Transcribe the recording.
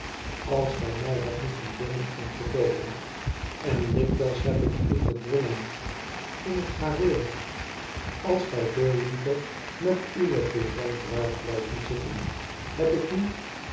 als gij mij hadt moeten dwingen om te loopen en dikwijls heb ik u gedwongen in het gareel als gij veel liever met uwe courant waart blijven zitten heb ik niet